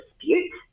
dispute